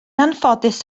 anffodus